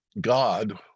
God